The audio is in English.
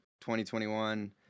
2021